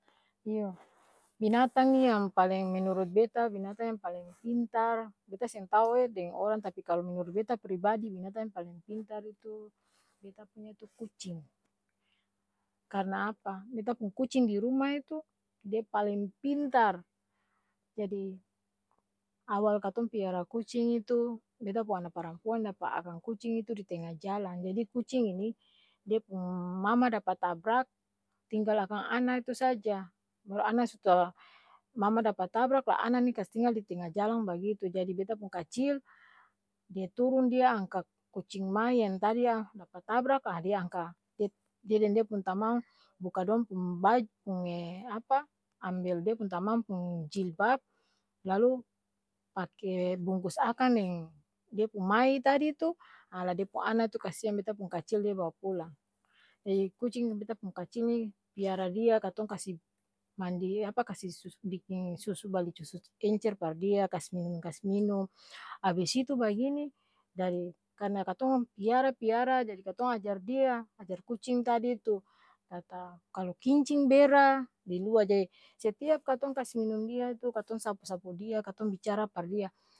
Iyo, binatang ini yang paleng menurut beta binatang yang paleng pintar, beta seng tau'e deng orang tapi kalo menurut beta pribadi binatang yang paleng pintar itu, beta punya itu kucing, karna apa? Beta pung kucing di ruma itu, de paleng pintaar, jadi awal katong piara kucing itu, beta pung ana parampuang dapa akang kucing itu di tenga jalang, jadi kucing ini, dia pung mama dapa tabrak, tinggal akang ana tu saja, baru ana su tau mama dapa tabrak la ana ni kastinggal di tenga jalang bagitu, jadi beta pung kacil, dia turung dia angka kucing mai yang tadi yang dapa tabrak la dia angka, dia dia-deng dia pung tamang, buka dong pung baj pung ambel dia pung tamang pung jilbab lalu, pake bungkus akang deng de pung mai tadi tu, ha la de pung ana tu kasiang beta pung kacil dia bawa pulang, jadi kucing beta pung kacil ni piara dia katong kasi mandi apa kasi sus biking susu bali susu encer par dia, kas minum-kas minum abis itu bagini, dari karna katong piara-piara jadi katong ajar dia, ajar kucing tadi tu, kata kalo kincing, bera, di luar jadi setiap katong kas minum dia tu katong sapu-sapu dia katong bicara par dia.